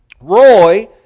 Roy